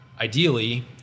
ideally